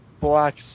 black